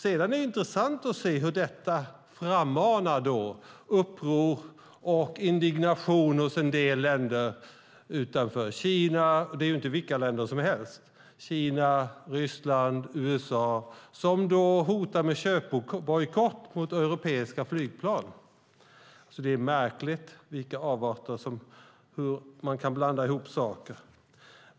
Sedan är det intressant att se hur detta frammanar uppror och indignation hos en del länder utanför EU. Det är inte vilka länder som helst, utan det är Kina, Ryssland och USA. De hotar med köpbojkott mot europeiska flygplan. Det är märkligt hur man kan blanda ihop saker.